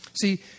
See